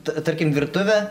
ta tarkim virtuvė